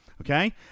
Okay